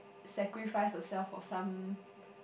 sacrificed herself for some